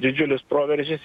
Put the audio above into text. didžiulis proveržis